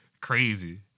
Crazy